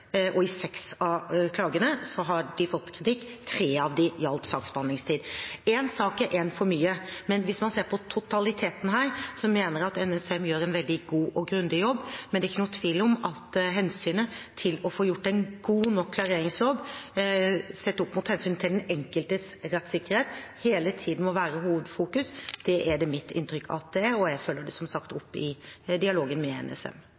og i seks av klagene har de fått kritikk. Tre av dem gjaldt saksbehandlingstid. Én sak er en for mye, men hvis man ser på totaliteten her, mener jeg at NSM gjør en veldig god og grundig jobb. Men det er ikke noen tvil om at hensynet til å få gjort en god nok klareringsjobb, sett opp mot hensynet til den enkeltes rettssikkerhet, hele tiden må være hovedfokus. Det er det mitt inntrykk at det er, og jeg følger det som sagt opp i dialogen med NSM.